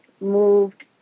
moved